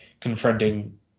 confronting